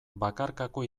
bakarkako